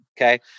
Okay